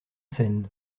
scène